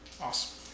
Awesome